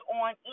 on